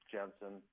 Jensen